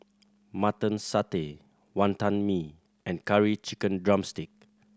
Mutton Satay Wantan Mee and Curry Chicken drumstick